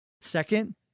Second